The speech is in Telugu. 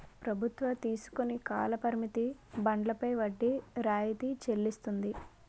ప్రభుత్వం తీసుకుని కాల పరిమిత బండ్లపై వడ్డీ రాయితీ చెల్లిస్తుంది